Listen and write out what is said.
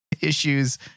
issues